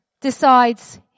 decides